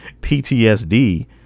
PTSD